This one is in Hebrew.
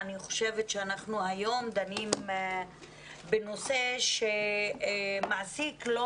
אני חושבת שאנחנו היום דנים בנושא שמעסיק לא